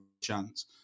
chance